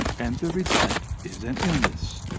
and the result is an illness.